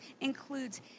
includes